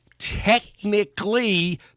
technically